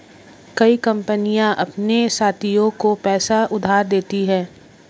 कई कंपनियां अपने साथियों को पैसा उधार देती हैं